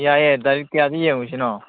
ꯌꯥꯏꯌꯦ ꯇꯥꯔꯤꯛ ꯀꯌꯥꯗ ꯌꯦꯡꯉꯨꯁꯤꯅꯣ